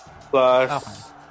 plus